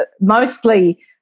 mostly